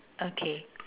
okay